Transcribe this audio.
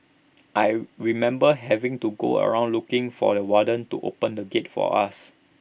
I remember having to go around looking for the warden to open the gate for us